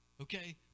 okay